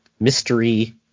mystery